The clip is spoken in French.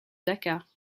dakar